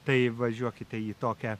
tai važiuokite į tokią